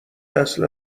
اصلا